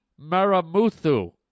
Maramuthu